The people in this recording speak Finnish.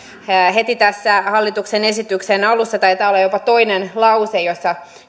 heti hallituksen esityksen alussa taitaa olla jopa toisessa lauseessa